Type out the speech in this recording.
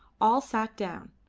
all sat down.